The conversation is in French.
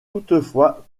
toutefois